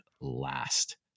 last